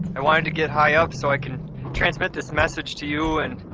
i wanted to get high up, so i can transmit this message to you and